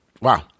wow